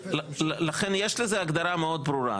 לכן יש לזה הגדרה מאוד ברורה,